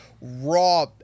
raw